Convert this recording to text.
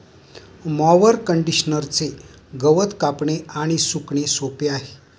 mower कंडिशनरचे गवत कापणे आणि सुकणे सोपे आहे